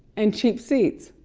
and cheap seats?